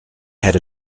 had